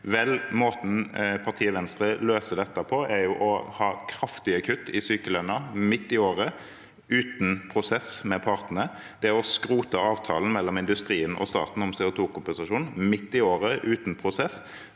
måten partiet Venstre løser det på, er ved å ha kraftige kutt i sykelønnen midt i året, uten prosess med partene, og ved å skrote avtalen mellom industrien og staten om CO2-kompensasjon, midt i året og uten prosess.